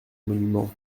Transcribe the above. monuments